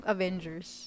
Avengers